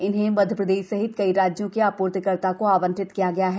इन्हें मध्य प्रदेश सहित कई राज्यों के आपूर्तिकर्ता को आवंटित किया है